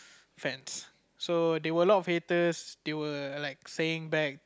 fans so there were a lot of haters they were like saying back